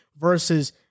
versus